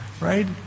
Right